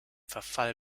verfall